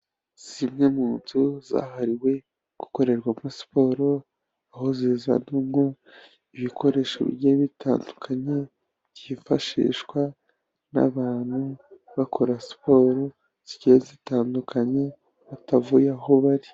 Zimwe mu nzu zahariwe gukorerwa siporo, aho zizanamwo ibikoresho bigiye bitandukanye, byifashishwa n'abantu bakora siporo zigiye zitandukanye batavuye aho bari.